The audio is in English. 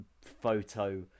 photo